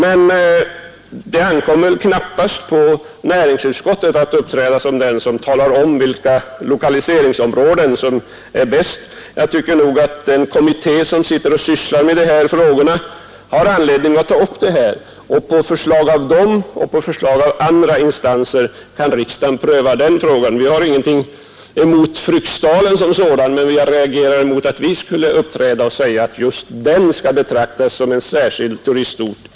Men det ankommer knappast på utskottet att tala om vilka lokaliseringsområden som är bäst. Jag tycker nog att den kommitté som sysslar med dessa angelägenheter har anledning att ta upp denna fråga. På förslag av den kommittén och av andra instanser kan riksdagen sedan pröva den frågan. Vi har ingenting emot Fryksdalen, men vi har reagerat mot att vi skulle ta ställning för att just den platsen skulle betraktas som primärt turistområde.